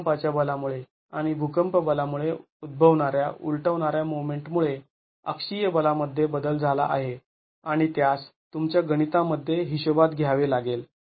भुकंपाच्या बलामुळे आणि भूकंप बलामुळे उद्भवणाऱ्या उलटवणाऱ्या मोमेंटमुळे अक्षीय बलामध्ये बदल झाला आहे आणि त्यास तुमच्या गणितामध्ये हिशोबात घ्यावे लागेल